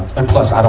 and plus, ah